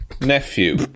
Nephew